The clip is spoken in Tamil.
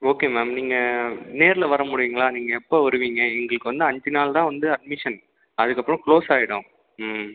ஓகே மேம் நீங்கள் நேரில் வர முடியுங்களா நீங்கள் எப்போ வருவீங்க எங்களுக்கு வந்து அஞ்சு நாள் தான் வந்து அட்மிஷன் அதுக்கப்புறம் க்ளோஸ் ஆயிடும் ம்